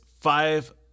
five